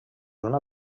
una